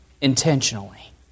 intentionally